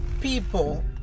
people